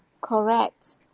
correct